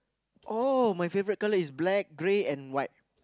oh my favourite colour is black grey and white